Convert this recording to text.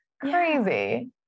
Crazy